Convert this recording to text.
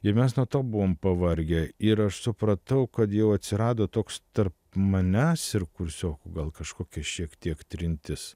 ir mes nuo to buvome pavargę ir aš supratau kodėl atsirado toks tarp manęs ir kursiokų gal kažkokia šiek tiek trintis